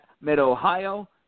Mid-Ohio